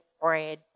bread